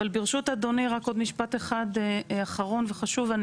ברשות אדוני, רק עוד משפט אחד אחרון וחשוב.